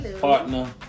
partner